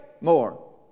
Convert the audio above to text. more